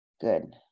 Good